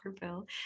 bill